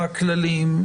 בכללים,